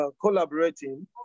collaborating